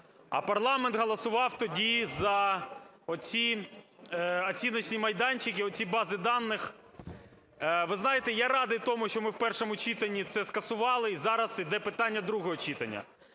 а парламент голосував тоді за оці оціночні майданчики, оці бази даних. Ви знаєте, я радий тому, що ми в першому читанні це скасували і зараз іде питання другого читання.